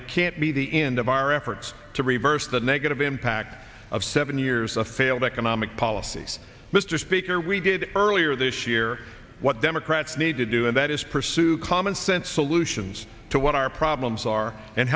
it can't be the end of our efforts to reverse the negative impact of seven years of failed economic policies mr speaker we did earlier this year what democrats need to do and that is pursue common sense solutions to what our problems are and